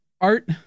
Art